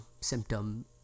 symptom